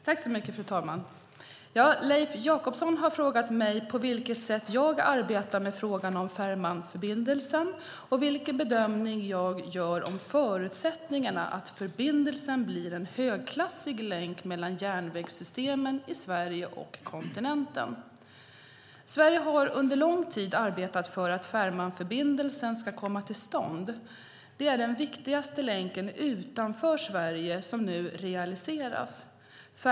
Fru talman! Leif Jakobsson har frågat mig på vilket sätt jag arbetar med frågan om Fehmarnförbindelsen och vilken bedömning jag gör om förutsättningarna att förbindelsen blir en högklassig länk mellan järnvägssystemen i Sverige och kontinenten. Sverige har under lång tid arbetat för att Fehmarnförbindelsen ska komma till stånd. Det är den viktigaste länken utanför Sverige som nu realiseras.